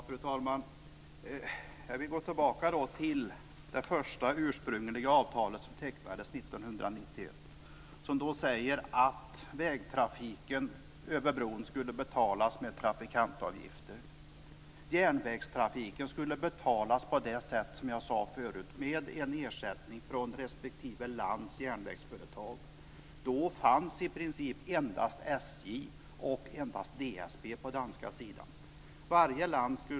Fru talman! Jag vill gå tillbaka till det första, ursprungliga avtalet som tecknades år 1991. Det sade att vägtrafiken över bron skulle betalas med trafikantavgifter. Järnvägstrafiken skulle betala, på det sätt jag sade förut, med en ersättning från respektive lands järnvägsföretag. Då fanns i princip endast SJ i Sverige och DSB på den danska sidan.